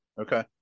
Okay